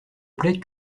plais